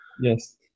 yes